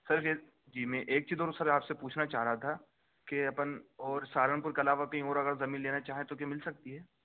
سر یہ ٹیمیں ایک چیز اور سر آپ سے پوچھنا چاہ رہا تھا کہ اپن اور سہارنپور کے علاوہ کہیں اور اغر زمین لینا چاہیں تو کیا مل سکتی ہے